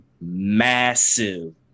massive